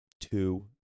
two